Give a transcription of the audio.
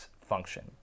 function